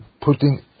putting